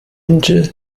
önce